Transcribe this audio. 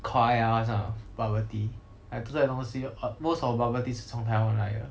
koi ah all these kind of bubble tea most of the bubble tea 是从台湾那里来的